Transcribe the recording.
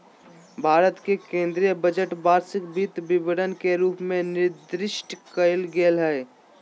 भारत के केन्द्रीय बजट वार्षिक वित्त विवरण के रूप में निर्दिष्ट कइल गेलय हइ